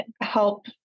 help